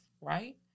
right